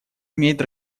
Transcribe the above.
имеет